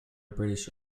british